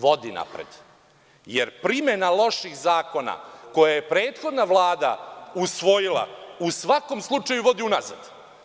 Vodi napred, jer primena loših zakona koje je prethodna Vlada usvojila u svakom slučaju vodi unazad.